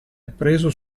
appreso